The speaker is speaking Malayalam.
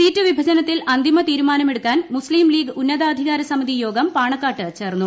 സീറ്റ് വിഭജനത്തിൽ അന്തിമ തീരുമാനമെടുക്കാൻ മുസ്ലീം ലീഗ് ഉന്നതാധികാര സമിതി യോഗം പാണക്കാട്ട് ചേർന്നു